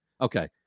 okay